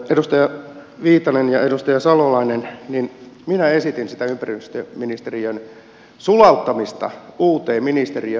edustaja viitanen ja edustaja salolainen minä esitin sitä ympäristöministeriön sulauttamista uuteen ministeriöön luonnonvaraministeriöön